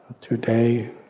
Today